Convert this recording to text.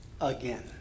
again